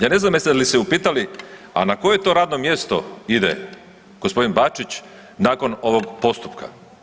Ja ne znam jeste li se upitali, a na koje to radno mjesto ide gospodin Bačić nakon ovog postupka?